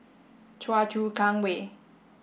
Choa Chu Kang Way